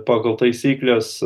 pagal taisykles